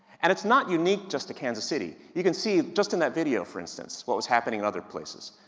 and it's not unique just to kansas city, you can see just in that video for instance, what was happening in other places.